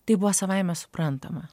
tai buvo savaime suprantama